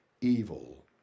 evil